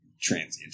transient